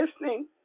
listening